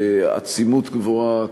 בעצימות גבוהה,